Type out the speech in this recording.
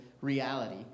reality